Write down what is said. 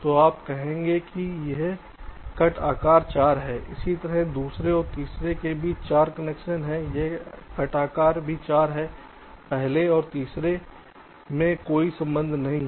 तो हम कहते हैं कि यह कट आकार 4 है इसी तरह दूसरे और तीसरे के बीच 4 कनेक्शन हैं यह कट आकार भी 4 है पहले और तीसरे में कोई नहीं है